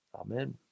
Amen